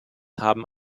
haben